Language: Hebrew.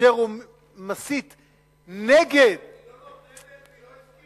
אשר מסית נגד, היא לא נותנת, היא לא העבירה.